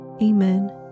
Amen